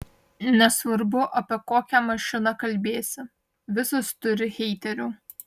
nesvarbu apie kokią mašiną kalbėsi visos turi heiterių